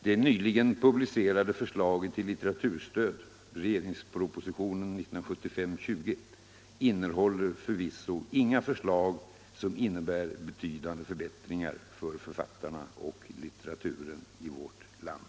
Det nyligen publicerade förslaget till litteraturstöd, regeringspropositionen 1975:20, innehåller förvisso inga förslag ”som innebär betydande förbättringar för författarna och litteraturen i vårt land”.